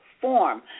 form